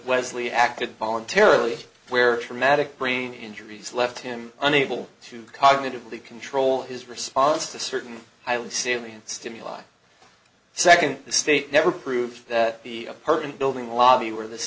wesley acted voluntarily where traumatic brain injuries left him unable to cognitively control his response to certain highly salient stimuli second the state never proved that the apartment building lobby where this